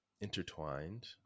intertwined